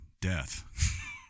death